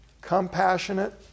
compassionate